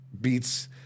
beats